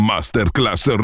Masterclass